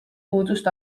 puudust